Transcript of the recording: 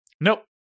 Nope